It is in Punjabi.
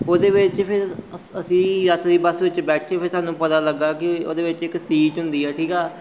ਉਹਦੇ ਵਿੱਚ ਫਿਰ ਅਸੀਂ ਯਾਤਰੀ ਬੱਸ ਵਿੱਚ ਬੈਠੇ ਫਿਰ ਸਾਨੂੰ ਪਤਾ ਲੱਗਾ ਕਿ ਉਹਦੇ ਵਿੱਚ ਇੱਕ ਸੀਟ ਹੁੰਦੀ ਆ ਠੀਕ ਆ